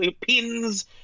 pins